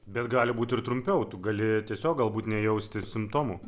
bet gali būt ir trumpiau tu gali tiesiog galbūt nejausti simptomų